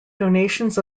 donations